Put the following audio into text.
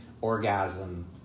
orgasm